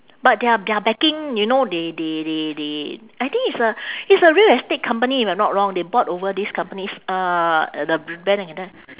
but their their backing you know they they they they I think it's a it's a real estate company if I'm not wrong they bought over this company's uh the brand like that